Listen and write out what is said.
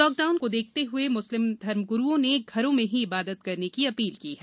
lockdown को देखते हुए मुस्लिम धर्मगुरुओं ने घरों में ही इबादत ्करने की अपील की है